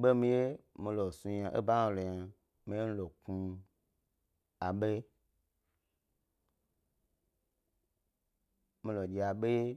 ba mi ye mi lo snu eba hna lo yna mi ye mi lo kpmi abo, mi lo dye a bo wye.